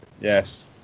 yes